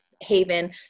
haven